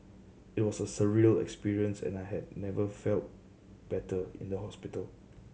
it was a surreal experience and I had never felt better in the hospital